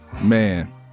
Man